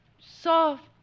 soft